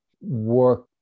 work